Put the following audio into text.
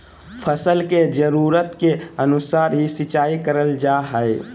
फसल के जरुरत के अनुसार ही सिंचाई करल जा हय